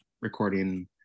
recording